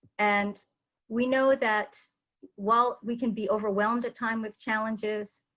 and we know that while we can be overwhelmed at time with challenges,